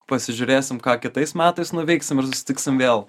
pasižiūrėsim ką kitais metais nuveiksim ir susitiksim vėl